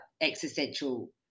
existential